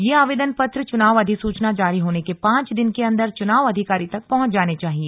यह आवेदनपत्र चुनाव अधिसूचना जारी होने के पांच दिन के अंदर चुनाव अधिकारी तक पहुंच जाने चाहिए